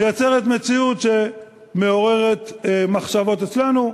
מייצר מציאות שמעוררת מחשבות אצלנו.